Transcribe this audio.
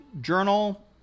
journal